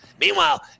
Meanwhile